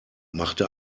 machte